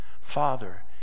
Father